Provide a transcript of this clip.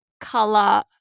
color